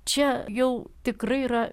čia jau tikrai yra